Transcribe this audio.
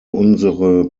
unsere